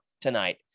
tonight